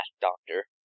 doctor